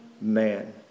man